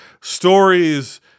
stories